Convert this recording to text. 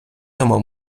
тому